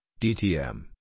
DTM